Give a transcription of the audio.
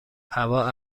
هوا